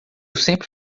sempre